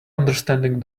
understanding